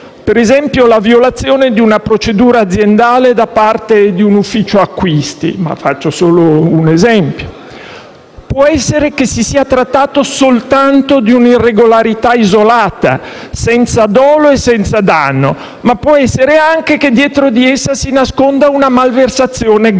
ad esempio la violazione di una procedura aziendale da parte di un ufficio acquisti (faccio solo un esempio). Può essere che si sia trattato soltanto di un'irregolarità isolata, senza dolo e senza danno, ma può essere anche che dietro di essa si nasconda una malversazione grave.